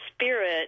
spirit